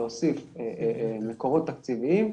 להוסיף מקורות תקציביים,